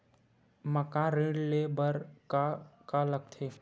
मकान ऋण ले बर का का लगथे?